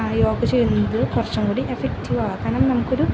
യോഗ ചെയ്യുന്നത് കുറച്ചും കൂടി എഫക്ടിവാണ് കാരണം നമുക്കൊരു